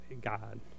God